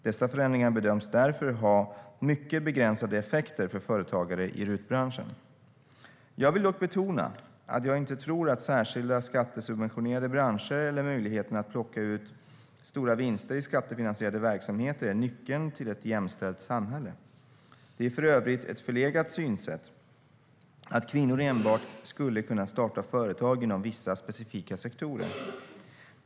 Dessa förändringar bedöms därför ha mycket begränsade effekter för företagare i RUT-branschen. Jag vill dock betona att jag inte tror att särskilda skattesubventionerade branscher eller möjligheten att plocka ut stora vinster i skattefinansierade verksamheter är nyckeln till ett jämställt samhälle. Det är för övrigt ett förlegat synsätt att kvinnor enbart skulle kunna starta företag inom vissa specifika sektorer.